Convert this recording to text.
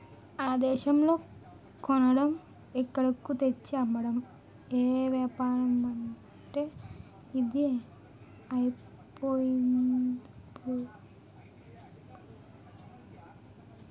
ఆ దేశంలో కొనడం ఇక్కడకు తెచ్చి అమ్మడం ఏపారమంటే ఇదే అయిపోయిందిప్పుడు